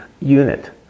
unit